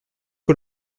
que